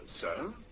sir